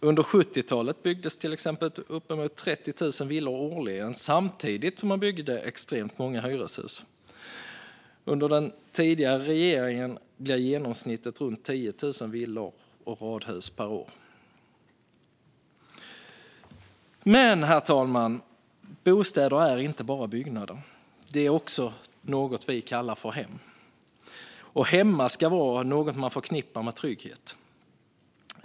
Under 70-talet byggdes det uppemot 30 000 villor årligen samtidigt som man byggde extremt många hyreshus, medan genomsnittet under den tidigare regeringen var runt 10 000 villor och radhus per år. Herr talman! Bostäder är inte bara byggnader. De är också något vi kallar hem, och hemma ska vara något man förknippar med trygghet.